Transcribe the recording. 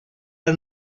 are